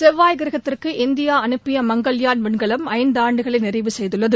செவ்வாய் கிரகத்திற்கு இந்தியா அனுப்பிய மங்கள்யாண் விண்கலம் ஐந்தாண்டுகளை நிறைவு செய்துள்ளது